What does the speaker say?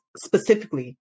specifically